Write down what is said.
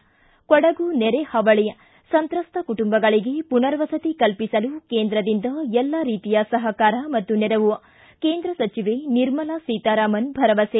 ಿ ಕೊಡಗು ನೆರೆಹಾವಳಿ ಸಂತ್ರಸ್ತ ಕುಟುಂಬಗಳಿಗೆ ಪುನರ್ವಸತಿ ಕಲ್ಪಿಸಲು ಕೇಂದ್ರದಿಂದ ಎಲ್ಲಾ ರೀತಿಯ ಸಪಕಾರ ಮತ್ತು ನೆರವು ಕೇಂದ್ರ ಸಚಿವೆ ನಿರ್ಮಲಾ ಸೀತಾರಾಮನ್ ಭರವಸೆ